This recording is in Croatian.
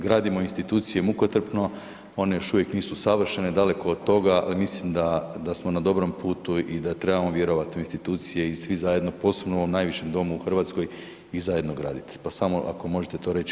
Gradimo institucije mukotrpno, one još uvijek nisu savršene, daleko od toga, ali mislim da smo na dobrom putu i da trebamo vjerovati u institucije i svi zajedno, posebno u ovom najvišem domu u Hrvatskoj i zajedno graditi, pa samo ako možete to reći.